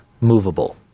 movable